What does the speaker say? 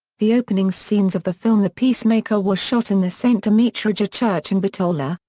the opening scenes of the film the peacemaker were shot in the st. dimitrija church in bitola,